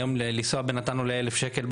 היום לנסוע בנט"ן בערב עולה 1,000 שקל,